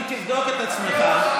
אם תבדוק את עצמך,